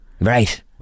Right